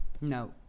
No